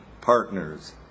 partners